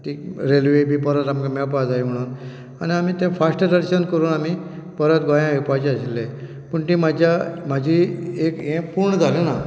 railway बी परत आमकां मेळपाक जाय म्हणून आनी आमी थंय फास्ट दर्शन करून आमी परत गोंयां येवपाचो आशिल्ले पूण थंय म्हाजी एक हें पूर्ण जाली ना